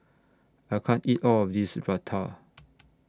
I can't eat All of This Raita